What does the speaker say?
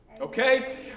Okay